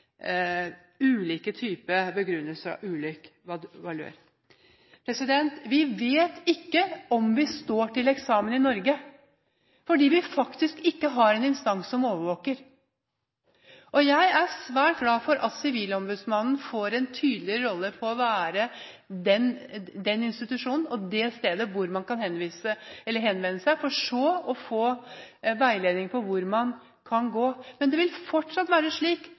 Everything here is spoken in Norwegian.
ulike typer begrunnelser av ulik valør. Vi vet ikke om vi står til eksamen i Norge, fordi vi faktisk ikke har en instans som overvåker. Jeg er svært glad for at Sivilombudsmannen får en tydeligere rolle når det gjelder å være den institusjonen og det stedet hvor man kan henvende seg, for så å gi veiledning i hvor man kan gå. Men det vil fortsatt være slik